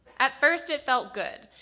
at first it felt good.